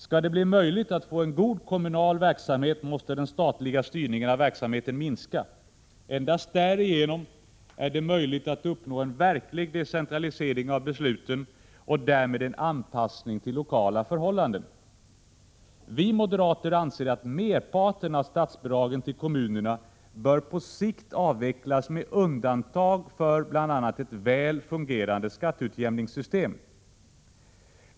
Skall det bli möjligt att få en god kommunal verksamhet måste den statliga styrningen av verksamheten minska. Endast därigenom är det möjligt att uppnå en verklig decentralisering av besluten och därmed en anpassning till lokala förhållanden. Vi moderater anser att merparten av statsbidragen till kommunerna bör på sikt avvecklas med undantag för bl.a. ett väl fungerande skatteutjämningssystem.